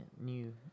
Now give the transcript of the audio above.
new